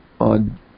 on